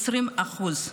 20%;